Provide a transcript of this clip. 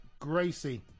Gracie